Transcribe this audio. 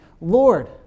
Lord